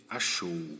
achou